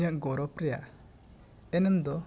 ᱤᱧᱟᱹᱜ ᱜᱚᱨᱚᱵᱽ ᱨᱮᱱᱟᱜ ᱮᱱᱮᱢ ᱫᱚ